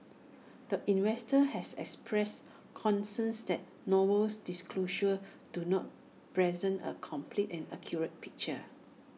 the investor has expressed concerns that Noble's disclosures do not present A complete and accurate picture